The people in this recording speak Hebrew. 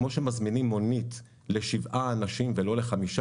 כמו שמזמינים מונית לשבעה אנשים ולא לחמישה